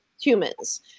humans